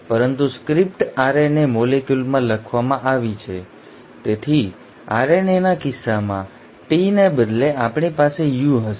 પરંતુ script RNA મોલેક્યુલમાં લખવામાં આવી છે તેથી RNAના કિસ્સામાં T ને બદલે આપણી પાસે U હશે